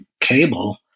cable